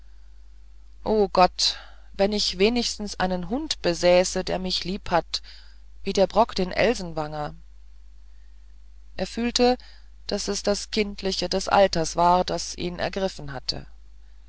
o gott wenn ich wenigstens einen hund besäße der mich lieb hat wie der brock den elsenwanger er fühlte daß es das kindliche des alters war das ihn ergriffen hatte